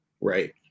right